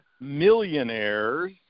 millionaires